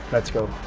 let's